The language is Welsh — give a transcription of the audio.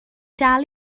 dal